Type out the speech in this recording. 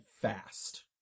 fast